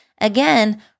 Again